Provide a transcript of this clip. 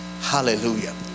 Hallelujah